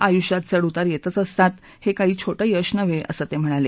आयूष्यात चढउतार येतच असतात हे काही छोटं यश नव्हे असं ते म्हणाले